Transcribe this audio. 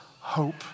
Hope